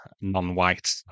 non-white